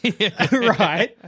Right